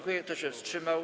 Kto się wstrzymał?